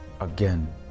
again